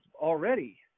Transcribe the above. already